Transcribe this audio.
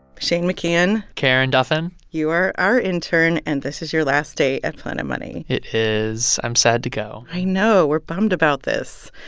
shane mckeon karen duffin you are our intern, and this is your last day at planet money it is. i'm sad to go i know. we're bummed about this.